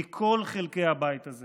מכל חלקי הבית הזה